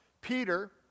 Peter